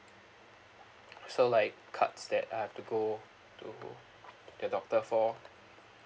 so like cuts that I've to go to the doctor for